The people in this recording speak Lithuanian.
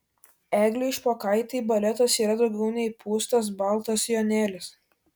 eglei špokaitei baletas yra daugiau nei pūstas baltas sijonėlis